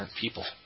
people